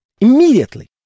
immediately